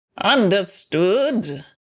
Understood